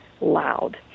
loud